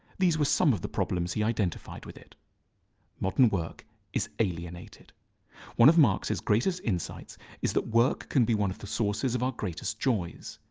these were some of the problems he identified with it modern work is alienated one of marx's greatest insights is that work can be one of the sources of our greatest joys.